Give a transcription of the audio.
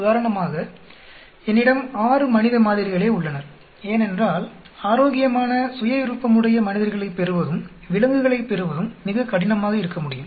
உதாரணமாக என்னிடம் 6 மனித மாதிரிகளே உள்ளனர் ஏனென்றால் ஆரோக்கியமான சுயவிருப்பமுடைய மனிதர்களைப் பெறுவதும் விலங்குகளைப் பெறுவதும் மிகக்கடினமாக இருக்கமுடியும்